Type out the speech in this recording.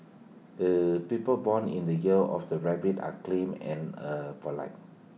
er people born in the year of the rabbit are clam and er polite